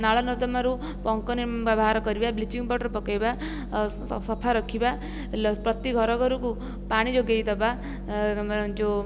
ନାଳ ନର୍ଦ୍ଦମାରୁ ପଙ୍କ ବାହାର କରିବା ବ୍ଲିଚ୍ଂ ପାଉଡ଼ର ପକାଇବା ଆଉ ସଫାରଖିବା ଲ ପ୍ରତିଘର ଘରକୁ ପାଣି ଯୋଗାଇଦେବା ଯେଉଁ